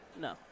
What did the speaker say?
no